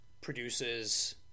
produces